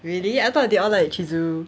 really I thought they all like chisoo